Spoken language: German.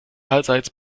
allseits